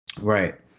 right